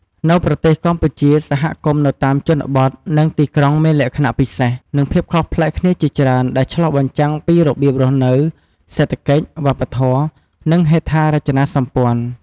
នៅប្រទេសកម្ពុជា សហគមន៍នៅតាមជនបទ និងទីក្រុងមានលក្ខណៈពិសេស និងភាពខុសប្លែកគ្នាជាច្រើន ដែលឆ្លុះបញ្ចាំងពីរបៀបរស់នៅ សេដ្ឋកិច្ច វប្បធម៌ និងហេដ្ឋារចនាសម្ព័ន្ធ។